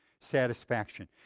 satisfaction